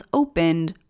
opened